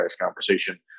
conversation